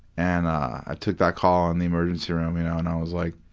and i took that call in the emergency room you know and i was, like,